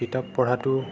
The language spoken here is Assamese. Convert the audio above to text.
কিতাপ পঢ়াতো